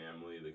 family